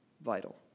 vital